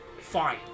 Fine